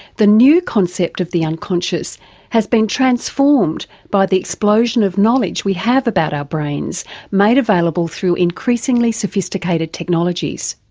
the new concept of the unconscious has been transformed by the explosion of knowledge we have about our brains made available through increasingly sophisticated technologies.